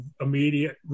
immediate